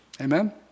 Amen